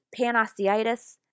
panosteitis